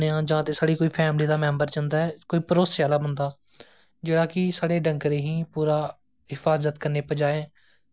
बड़ी चीजां बुनी लेइयां ते कढाइयां करी लेइयां इत्थूं दा अपना बेचारी दा थोह्ड़ा अपना खर्चा खर्चा पानी जेहडा कड्ढी लैंदी ही इत्थूं